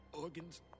organs